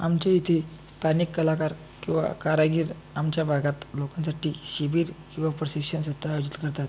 आमच्या इथे स्थानिक कलाकार किंवा कारागीर आमच्या भागात लोकांसाठी शिबिर व प्रशिक्षणसुद्धा आयोजित करतात